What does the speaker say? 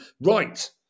right